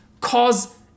cause